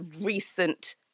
recent